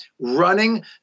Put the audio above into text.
Running